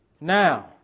Now